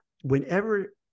whenever